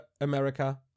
America